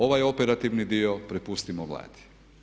Ovaj operativni dio prepustimo Vladi.